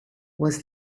was